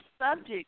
subject